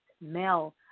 male